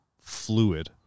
fluid